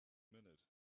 minute